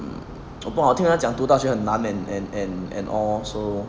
mm 我不懂我听人家讲读大学很难 and and and all so